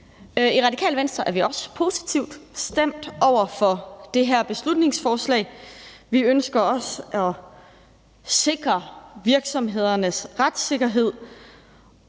I Radikale Venstre er vi også positivt stemt over for det her beslutningsforslag. Vi ønsker også at sikre virksomhedernes retssikkerhed.